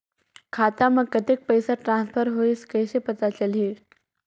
खाता म कतेक पइसा ट्रांसफर होईस कइसे पता चलही?